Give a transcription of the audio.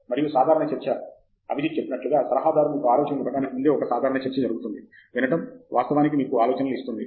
మరియు సాధారణ చర్చ అభిజిత్ చెప్పినట్లుగా సలహాదారు మీకు ఆలోచనలు ఇవ్వడానికి ముందే ఒక సాధారణ చర్చ జరుగుతుంది వినటం వాస్తవానికి మీకు ఆలోచనలను ఇస్తుంది